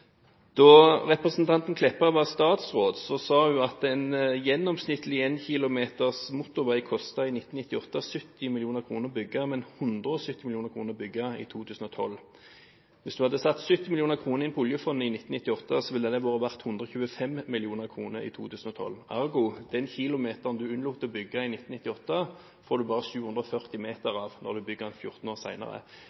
Da representanten Meltveit Kleppa var statsråd, sa hun at 1 km motorvei gjennomsnittlig kostet 70 mill. kr å bygge i 1998, men 170 mill. kr å bygge i 2012. Hvis en hadde satt 70 mill. kr inn på oljefondet i 1998, ville det være verdt 125 mill. kr i 2012 – ergo: Den kilometeren en unnlot å bygge i 1998, får en bare 740 meter